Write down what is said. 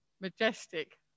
majestic